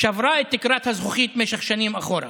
היא שברה את תקרת הזכוכית במשך שנים אחורה.